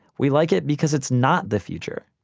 we like it because it's not the future.